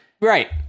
right